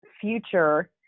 future